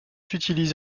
utilisé